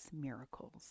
miracles